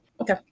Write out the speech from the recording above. Okay